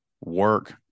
work